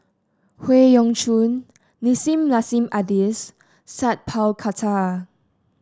Howe Yoon Chong Nissim Nassim Adis Sat Pal Khattar